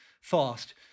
fast